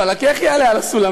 וואלכ, איך יעלה על הסולם?